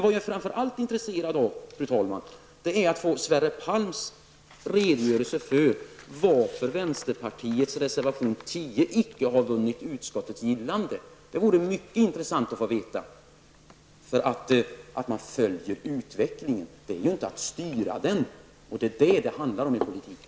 Vad jag framför allt är intresserad av, fru talman, är att få Sverre Palms redogörelse för varför vänsterpartiets reservation 10 icke har vunnit utskottets gillande. Det vore mycket intressant att få veta. Att följa utvecklingen är ju inte att styra den. Och det är att styra det handlar om i politiken.